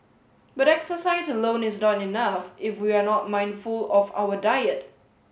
but exercise alone is not enough if we are not mindful of our diet